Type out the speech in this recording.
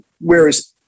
whereas